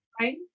right